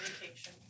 Vacation